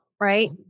right